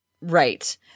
right